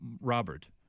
Robert